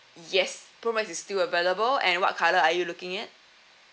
yes pro max is still available and what colour are you looking at